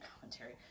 commentary